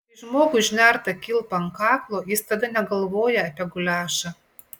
kai žmogui užnerta kilpa ant kaklo jis tada negalvoja apie guliašą